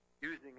using